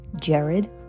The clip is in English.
Jared